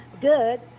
good